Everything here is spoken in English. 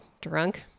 drunk